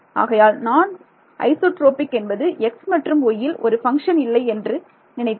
ஆகையால் நான் ஐசோட்ரோபிக் என்பது x மற்றும் yயில் ஒரு ஃபங்ஷன் இல்லை என்று நினைத்தேன்